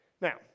Now